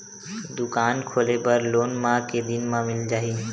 दुकान खोले बर लोन मा के दिन मा मिल जाही?